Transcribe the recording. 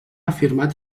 afirmar